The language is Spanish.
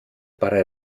para